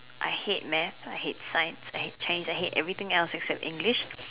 I hate math I hate science I hate Chinese I hate everything else except English